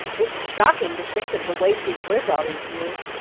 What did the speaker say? it's shocking to think of the way she has lived all these years,